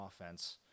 offense